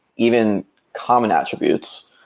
even common attributes,